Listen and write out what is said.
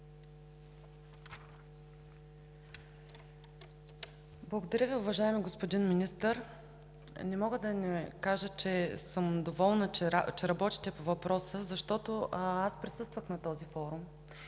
Благодаря Ви, уважаеми господин Министър. Не мога да не кажа, че съм доволна, че работите по въпроса. Присъствах на този форум